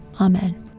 Amen